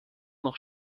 noch